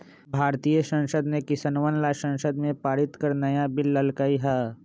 भारतीय संसद ने किसनवन ला संसद में पारित कर नया बिल लय के है